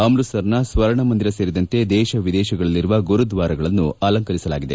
ಅಮ್ಬತಸರ್ನ ಸ್ನರ್ಣ ಮಂದಿರ ಸೇರಿದಂತೆ ದೇಶ ವಿದೇಶಗಳಲ್ಲಿರುವ ಗುರುದ್ಭಾರಗಳನ್ನು ಅಲಂಕರಿಸಲಾಗಿದೆ